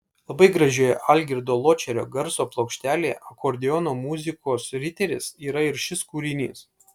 labai gražioje algirdo ločerio garso plokštelėje akordeono muzikos riteris yra ir šis kūrinys